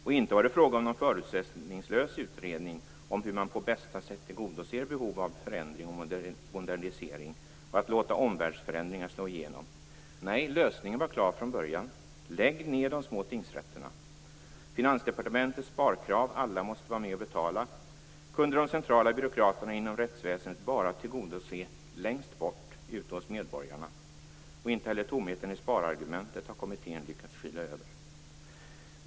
Och inte var det frågan om någon förutsättningslös utredning om hur man på bästa sätt tillgodoser "behov av förändring och modernisering" och att låta "omvärldsförändringar slå igenom". Nej, lösningen var klar från början. "Lägg ned de små tingsrätterna!" Finansdepartementets sparkrav - alla måste vara med och betala - kunde de centrala byråkraterna inom rättsväsendet bara tillgodose längst bort, ute hos medborgarna. Och inte heller tomheten i sparargumenten har Domstolskommittén lyckats skyla över.